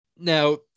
Now